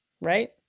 Right